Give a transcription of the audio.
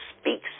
speaks